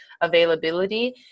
availability